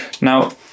Now